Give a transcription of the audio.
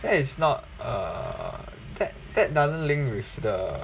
that is not err that that doesn't link with the